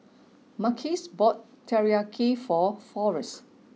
Marquise bought Teriyaki for Forest